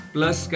Plus